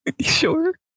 sure